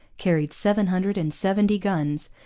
carried seven hundred and seventy guns,